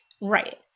Right